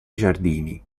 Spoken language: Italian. giardini